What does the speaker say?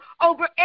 over